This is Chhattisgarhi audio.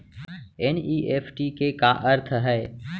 एन.ई.एफ.टी के का अर्थ है?